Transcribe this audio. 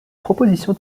propositions